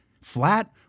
flat